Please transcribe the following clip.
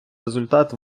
результат